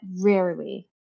rarely